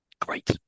Great